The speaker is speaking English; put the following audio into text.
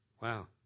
Wow